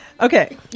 Okay